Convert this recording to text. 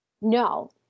No